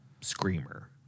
screamer